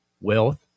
wealth